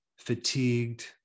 fatigued